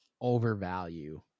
overvalue